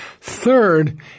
Third